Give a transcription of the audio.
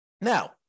Now